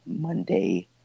Monday